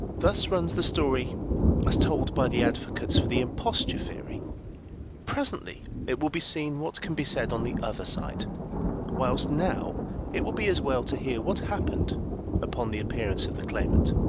thus runs the story as told by the advocates for the imposture theory presently it will be seen what can be said on the other side whilst now it will be as well to hear what happened upon the appearance of the claimant.